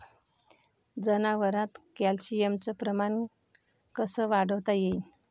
जनावरात कॅल्शियमचं प्रमान कस वाढवता येईन?